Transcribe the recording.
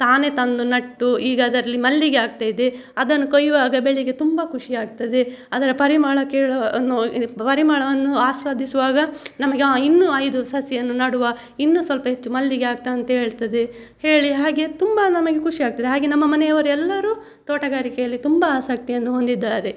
ತಾನೇ ತಂದು ನೆಟ್ಟು ಈಗ ಅದರಲ್ಲಿ ಮಲ್ಲಿಗೆ ಆಗ್ತಾ ಇದೆ ಅದನ್ನು ಕೊಯ್ಯುವಾಗ ಬೆಳಿಗ್ಗೆ ತುಂಬಾ ಖುಷಿ ಆಗ್ತದೆ ಅದರ ಪರಿಮಳ ಕೇಳೋ ಅನ್ನೋ ಪರಿಮಳವನ್ನು ಆಸ್ವಾದಿಸುವಾಗ ನಮಗೆ ಇನ್ನೂ ಐದು ಸಸಿಯನ್ನು ನೆಡುವ ಇನ್ನೂ ಸ್ವಲ್ಪ ಹೆಚ್ಚು ಮಲ್ಲಿಗೆ ಆಗ್ತದಂತ ಹೇಳ್ತದೆ ಹೇಳಿ ಹಾಗೆ ತುಂಬಾ ನಮಗೆ ಖುಷಿ ಆಗ್ತದೆ ಹಾಗೆ ನಮ್ಮ ಮನೆಯವರೆಲ್ಲರೂ ತೋಟಗಾರಿಕೆಯಲ್ಲಿ ತುಂಬಾ ಆಸಕ್ತಿಯನ್ನು ಹೊಂದಿದ್ದಾರೆ